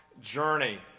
journey